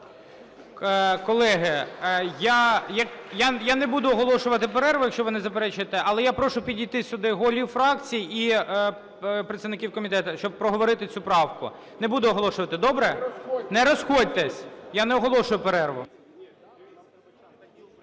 Колеги, я не буду оголошувати перерву, якщо ви не заперечуєте, але я прошу підійти сюди голів фракцій і працівників комітету, щоб проговорити цю правку. Не буду оголошувати, добре? Не розходьтеся, я не оголошую перерву.